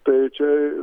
tai čia